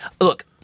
Look